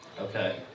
Okay